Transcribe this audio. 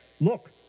look